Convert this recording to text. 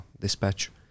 dispatch